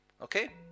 okay